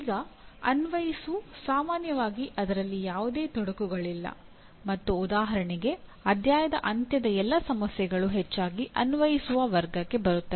ಈಗ "ಅನ್ವಯಿಸು" ಸಾಮಾನ್ಯವಾಗಿ ಅದರಲ್ಲಿ ಯಾವುದೇ ತೊಡಕುಗಳಿಲ್ಲ ಮತ್ತು ಉದಾಹರಣೆಗೆ ಅಧ್ಯಾಯದ ಅಂತ್ಯದ ಎಲ್ಲಾ ಸಮಸ್ಯೆಗಳು ಹೆಚ್ಚಾಗಿ ಅನ್ವಯಿಸುವ ವರ್ಗಕ್ಕೆ ಬರುತ್ತವೆ